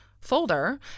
folder